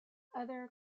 other